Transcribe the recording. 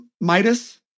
Midas